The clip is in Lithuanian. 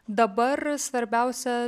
dabar svarbiausia